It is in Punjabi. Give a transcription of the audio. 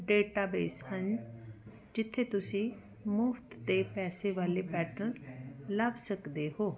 ਡੇਟਾਬੇਸ ਹਨ ਜਿੱਥੇ ਤੁਸੀਂ ਮੁਫਤ ਅਤੇ ਪੈਸੇ ਵਾਲੇ ਪੈਟਰਨ ਲੱਭ ਸਕਦੇ ਹੋ